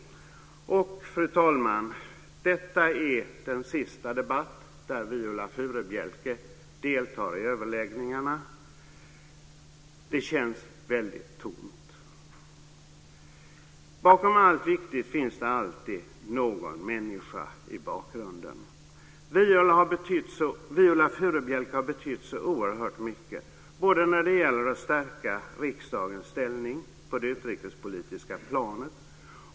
Fru talman! Detta är den sista debatt som Viola Furubjelke deltar i. Det känns väldigt tomt. Bakom allt viktigt finns det alltid någon människa i bakgrunden. Viola Furubjelke har betytt så oerhört mycket när det gäller att stärka riksdagens ställning på det utrikespolitiska planet.